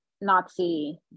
Nazi